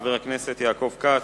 חבר הכנסת יעקב כץ,